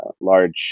Large